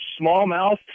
smallmouth